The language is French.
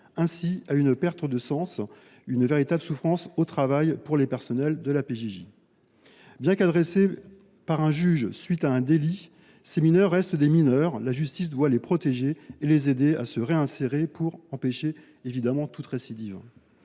à la perte de sens et à la véritable souffrance au travail que subissent les personnels de la PJJ. Bien qu’adressés par un juge à la suite de délits commis, ces mineurs restent des mineurs. La justice doit les protéger et les aider à se réinsérer pour empêcher, évidemment, toute récidive.